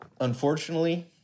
unfortunately